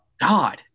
God